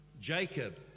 Jacob